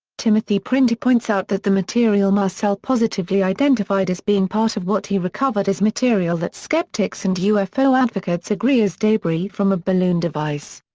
timothy printy points out that the material marcel positively identified as being part of what he recovered is material that skeptics and ufo advocates agree is debris from a balloon device.